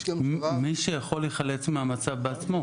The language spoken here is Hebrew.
מי שיכול להיחלץ מהמצב בעצמו.